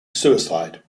suicide